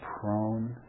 prone